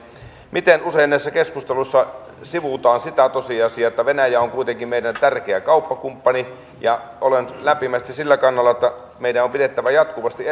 miten usein näissä keskusteluissa sivutaan sitä tosiasiaa että venäjä on kuitenkin meidän tärkeä kauppakumppanimme ja olen lämpimästi sillä kannalla että meidän on pidettävä jatkuvasti